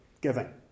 giving